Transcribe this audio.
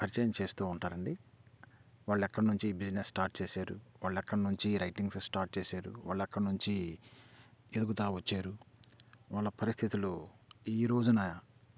పరిచయం చేస్తు ఉంటారండి వాళ్ళు ఎక్కడి నుంచి బిజినెస్ స్టార్ట్ చేశారు వాళ్ళు ఎక్కడి నుంచి రైటింగ్స్ స్టార్ట్ చేశారు వాళ్ళు ఎక్కడి నుంచి ఎదుగుతు వచ్చారు వాళ్ళ పరిస్థితులు ఈ రోజున